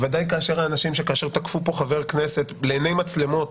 ובוודאי שכאשר תקפו פה פיזית חבר כנסת לעיני מצלמות